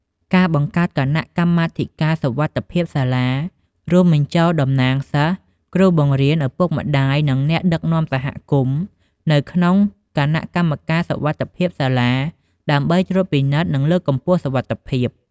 ការបង្កើតគណៈកម្មាធិការសុវត្ថិភាពសាលា រួមបញ្ចូលតំណាងសិស្ស គ្រូបង្រៀន ឪពុកម្ដាយ និងអ្នកដឹកនាំសហគមន៍ នៅក្នុងគណៈកម្មាធិការសុវត្ថិភាពសាលា ដើម្បីត្រួតពិនិត្យ និងលើកកម្ពស់សុវត្ថិភាព។